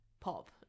pop